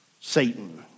Satan